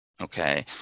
okay